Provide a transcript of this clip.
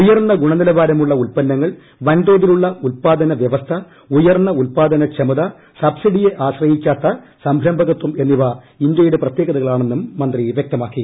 ഉയർന്ന ഗുണനിലവാരമുള്ള ഉല്പന്നങ്ങൾ ്വൻതോതിലുള്ള ഉല്പാദന വ്യവസ്ഥ ഉയർന്ന ഉല്പാദന് ക്ഷമത് സബ്സിഡിയെ ആശ്രയിക്കാത്ത സംരംഭകൃത്യൂ ്എന്നിവ ഇന്ത്യയുടെ പ്രത്യേകതകളാണെന്നു്ട് മന്ത്രി വ്യക്തമാക്കി